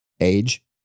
age